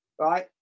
Right